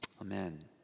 Amen